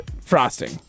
frosting